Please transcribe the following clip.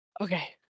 Okay